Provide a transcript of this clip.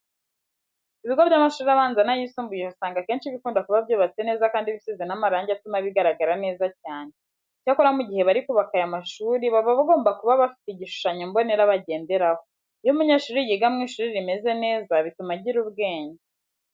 Ibigo by'amashuri abanza n'ayisumbuye usanga akenshi bikunda kuba byubatse neza kandi bisize n'amarange atuma bigaragara neza cyane. Icyakora mu gihe bari kubaka aya mashuri baba bagomba kuba bafite igishushanyo mbonera bagenderaho. Iyo umunyeshuri yigira mu ishuri rimeze neza bituma agira ubwenge.